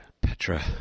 Petra